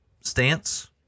stance